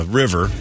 river